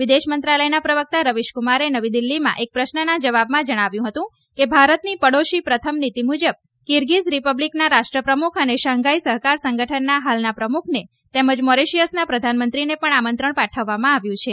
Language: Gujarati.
વિદેશ મંત્રાલયના પ્રવક્તા રવિશ કુમારે નવી દિલ્હીમાં એક પ્રશ્નના જવાબમાં જણાવ્યું હતું કે ભારતની પાડોશી પ્રથમ નીતિ મુજબ કિરગીઝ રિપબ્લિકના રાષ્ટ્રપ્રમુખ અને શાંઘાઈ સહકાર સંગઠનના હાલના પ્રમુખને તેમજ મોરિશયસના પ્રધાનમંત્રીને પણ આમંત્રણ પાઠવવામાં આવ્યું છે